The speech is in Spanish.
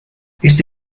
esta